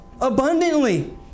abundantly